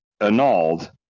annulled